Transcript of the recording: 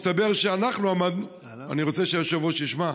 מסתבר שאנחנו עמדנו, אני רוצה שהיושב-ראש ישמע,